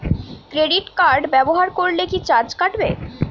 Credit card ব্যাবহার করলে কি চার্জ কাটবে?